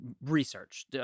research